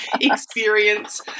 experience